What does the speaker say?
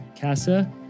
Casa